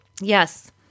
Yes